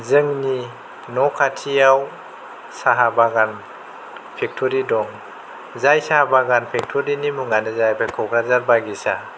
जोंनि न'खाथियाव साहा बागान फेक्टोरि दं जाय साहा बागान फैक्ट'रिनि मुङानो जाबाय ककराझार बागिचा